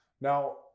Now